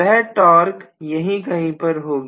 वह तक यहीं कहीं पर होगी